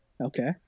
okay